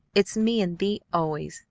it's me and thee always,